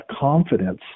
confidence